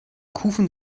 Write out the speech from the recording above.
kufen